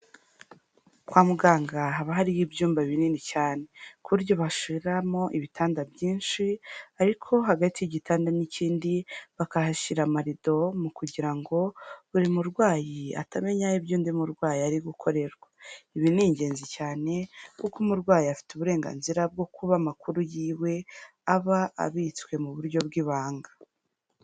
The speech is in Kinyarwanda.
Kwa muganga haba hariyo ibyumba binini cyane ku buryo bashiriramo ibitanda byinshi ariko hagati y'igitanda n'ikindi bakahashyira amaridomu kugira ngo buri murwayi atamenya iby'u undi murwayi ari gukorerwa, ibi ni ingenzi cyane kuko umurwayi afite uburenganzira bwo kuba amakuru yiwe aba abitswe mu buryo bw'ibanga.